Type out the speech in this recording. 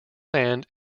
sand